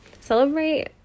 celebrate